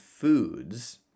foods